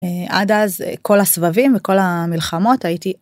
עד אז כל הסבבים וכל המלחמות הייתי.